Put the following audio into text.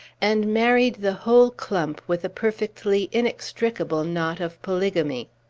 and married the whole clump with a perfectly inextricable knot of polygamy.